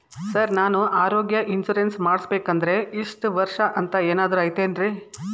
Sir ನಾನು ಆರೋಗ್ಯ insurance ಮಾಡಿಸ್ಬೇಕಂದ್ರೆ ಇಷ್ಟ ವರ್ಷ ಅಂಥ ಏನಾದ್ರು ಐತೇನ್ರೇ?